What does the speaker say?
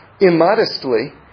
immodestly